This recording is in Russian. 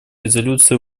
резолюции